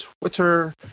Twitter